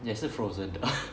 也是 frozen 的